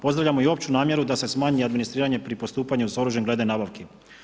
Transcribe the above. Pozdravljamo i opću namjeru da se smanji administriranje pri postupanju s oružjem glede nabavki.